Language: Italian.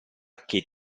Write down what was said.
che